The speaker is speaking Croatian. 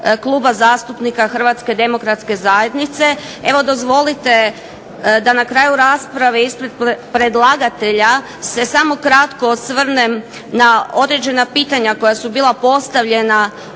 Kluba zastupnika HDZ-a. Evo, dozvolite da na kraju rasprave ispred predlagatelja se samo kratko osvrnem na određena pitanja koja su bila postavljena